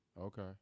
okay